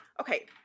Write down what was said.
okay